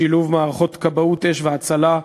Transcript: בשילוב מערכות כבאות אש והצלה,